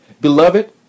Beloved